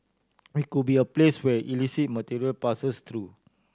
we could be a place where illicit material passes through